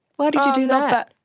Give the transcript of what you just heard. why did you do that?